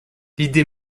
l’idée